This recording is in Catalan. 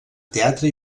teatre